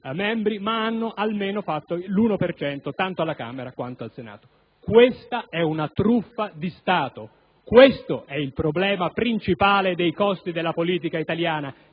ma hanno almeno raggiunto l'1 per cento tanto alla Camera quanto al Senato. Questa è una truffa di Stato, questo è il problema principale dei costi della politica italiana,